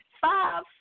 five